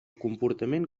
comportament